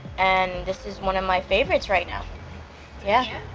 and this is one of my favorites right now yeah,